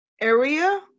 area